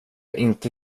inte